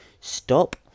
Stop